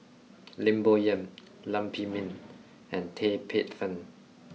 Lim Bo Yam Lam Pin Min and Tan Paey Fern